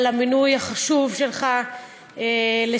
על המינוי החשוב שלך לשר.